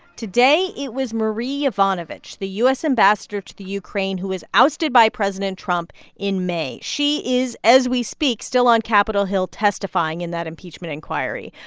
today it was marie yovanovitch, the u s. ambassador to the ukraine who was ousted by president trump in may. she is, as we speak, still on capitol hill testifying in that impeachment inquiry.